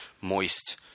moist